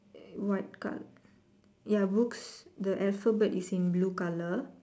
err what colour ya books the alphabet is in blue colour